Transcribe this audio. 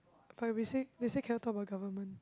but if we say they say cannot talk about government